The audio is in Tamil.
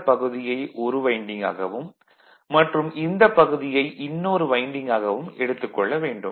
இந்தப் பகுதியை ஒரு வைண்டிங் ஆகவும் மற்றும் இந்தப் பகுதியை இன்னொரு வைண்டிங் ஆகவும் எடுத்துக் கொள்ள வேண்டும்